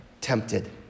tempted